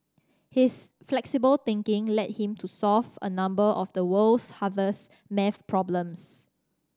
his flexible thinking led him to solve a number of the world's hardest maths problems